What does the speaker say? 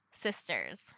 Sisters